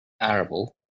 Arable